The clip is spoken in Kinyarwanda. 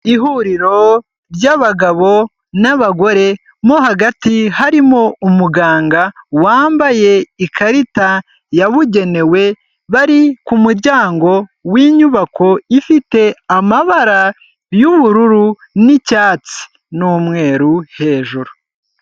Ihuriro ry'bagabo n'abagore mo hagati harimo umuganga wambaye ikarita yabugenewe bari ku muryango winyubako ifite amabara yubururu na icyatsi n'umweru hejuru.